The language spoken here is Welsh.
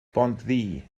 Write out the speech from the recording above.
bontddu